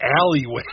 alleyway